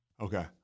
Okay